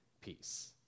peace